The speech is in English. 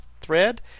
thread